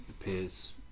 appears